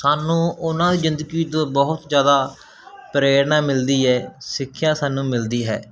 ਸਾਨੂੰ ਉਹਨਾਂ ਦੀ ਜ਼ਿੰਦਗੀ ਤੋਂ ਬਹੁਤ ਜ਼ਿਆਦਾ ਪ੍ਰੇਰਨਾ ਮਿਲਦੀ ਹੈ ਸਿੱਖਿਆ ਸਾਨੂੰ ਮਿਲਦੀ ਹੈ